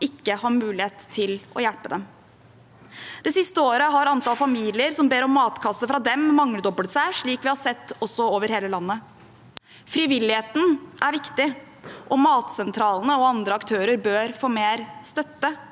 ikke hadde mulighet til å hjelpe dem. Det siste året har antall familier som ber om matkasser fra dem, mangedoblet seg, slik vi også har sett over hele landet. Frivilligheten er viktig, og matsentralene og andre aktører bør få mer støtte,